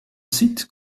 site